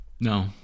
No